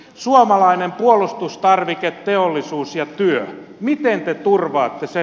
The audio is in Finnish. suomalainen puolustustarviketeollisuus ja työ miten te turvaatte sen